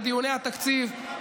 בדיוני התקציב,